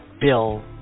Bill